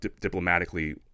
diplomatically